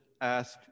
ask